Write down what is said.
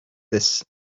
this